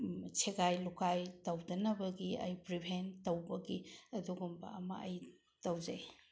ꯁꯦꯒꯥꯏ ꯂꯨꯀꯥꯏ ꯇꯧꯗꯅꯕꯒꯤ ꯑꯩ ꯄ꯭ꯔꯤꯚꯦꯟ ꯇꯧꯕꯒꯤ ꯑꯗꯨꯒꯨꯝꯕ ꯑꯃ ꯑꯩ ꯇꯧꯖꯩ